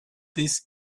this